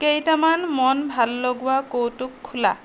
কেইটামান মন ভাল লগোৱা কৌতুক খোলা